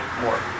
more